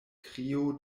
krio